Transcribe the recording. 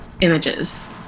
images